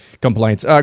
Complaints